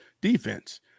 defense